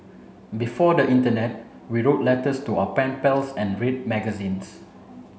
before the internet we wrote letters to our pen pals and read magazines